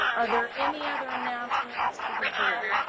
are there any other announcements for the board.